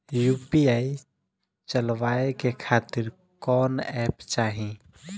UPI चलवाए के खातिर कौन एप चाहीं?